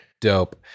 Dope